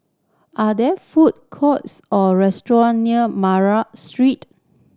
are there food courts or restaurant near Street